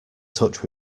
touch